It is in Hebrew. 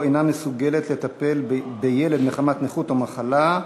אינה מסוגלת לטפל בילד מחמת נכות או מחלה),